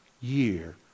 year